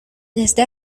desde